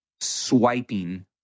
swiping